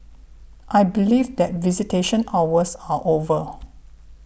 I believe that visitation hours are over